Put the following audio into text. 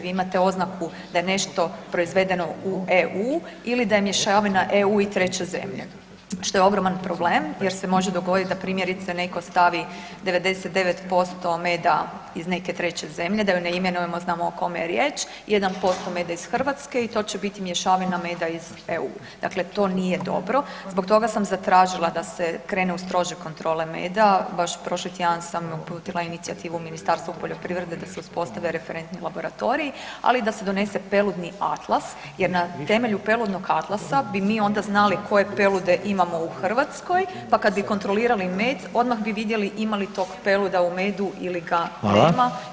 Vi imate oznaku da je nešto proizvedeno u EU ili da je mješavine EU i treće zemlje, što je ogroman problem jer se može dogodit da primjerice neko stavi 99% meda iz neke treće zemlje, da ju ne imenujemo znamo o kome je riječ, 1% meda iz Hrvatske i to će biti mješavina meda iz EU, dakle to nije dobro, zbog toga sam zatražila da se krene u strože kontrole meda, baš prošli tjedan sam uputila inicijativu Ministarstvu poljoprivrede da se uspostavi referentni laboratorij, ali da se donese peludni atlas jer na temelju peludnog atlasa bi mi onda znali koje pelude imamo u Hrvatskoj pa kad bi kontrolirali med, odmah bi vidjeli ima li tog peluda u medu ili ga nema [[Upadica: Hvala.]] i otkrivali bi krivotvorine.